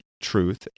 truth